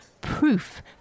proof